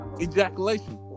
ejaculation